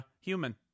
human